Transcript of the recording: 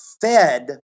fed